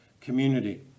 community